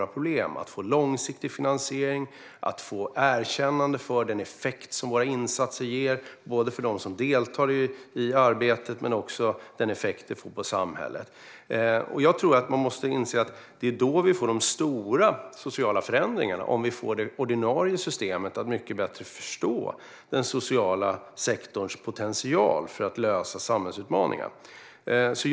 Det rör sig om att få långsiktig finansiering och om att få erkännande för den effekt som insatserna ger, både för dem som deltar i arbetet och på samhället. Vi måste inse att det är om vi får det ordinarie systemet att mycket bättre förstå den sociala sektorns potential för att lösa samhällsutmaningar som vi får de stora sociala förändringarna.